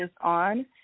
on